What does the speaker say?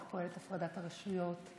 איך פועלת הפרדת הרשויות,